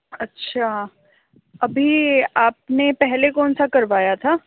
अच्छा अभी आपने पहले कौन सा करवाया था